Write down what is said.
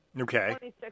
Okay